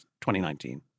2019